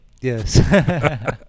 Yes